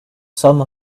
some